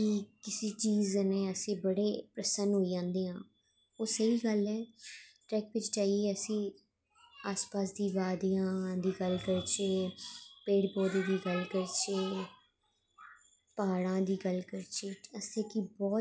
कि किसे चीज़ नै अस बड़े प्रसन्न होई जंदे हां ओह् स्हेई गल्ल ऐ ट्रैक बिच्च जाइयै अस आस पास दी बादियां दी गल्ल करचै पेड़ पौधें दी गल्ल करचै प्हाड़ां दी गल्ल करचै असां गी बड़ा